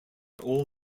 all